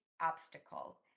obstacle